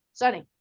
sunny,